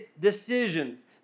decisions